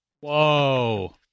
Whoa